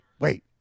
wait